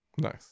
Nice